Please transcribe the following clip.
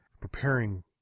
preparing